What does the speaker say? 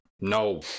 no